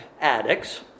addicts